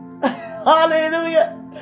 Hallelujah